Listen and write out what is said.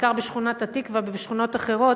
בעיקר בשכונת-התקווה ובשכונות אחרות,